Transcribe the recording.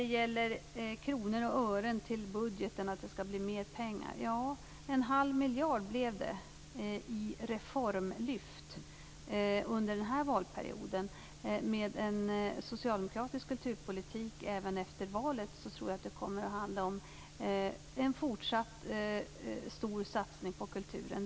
Det talas om mer pengar till budgeten, fler kronor och ören. En halv miljard blev det i reformlyft under den här valperioden. Men en socialdemokratisk kulturpolitik även efter valet kommer det att handla om en fortsatt stor satsning på kulturen.